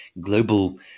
global